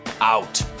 out